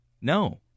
No